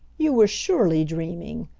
you were surely dreaming,